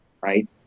right